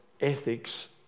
ethics